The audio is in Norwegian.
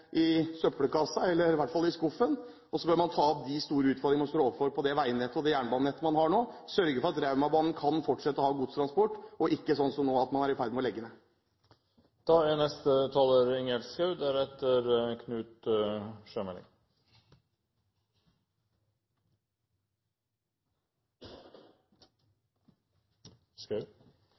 i søppelkassen, eller i hvert fall i skuffen. Så bør man ta opp de store utfordringene man står overfor på det veinettet og det jernbanenettet man har nå, og sørge for at Raumabanen kan fortsette å ha godstransport, og ikke, slik som nå, at man er i ferd med å legge